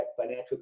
financial